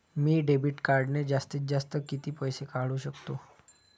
मी debit कार्डने जास्तीत जास्त किती पैसे काढू शकतो?